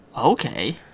Okay